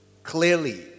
clearly